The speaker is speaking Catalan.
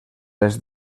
les